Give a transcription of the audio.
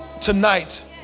tonight